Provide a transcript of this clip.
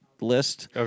list